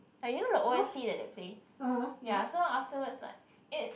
ya you know the o_s_t that they play ya so afterwards like it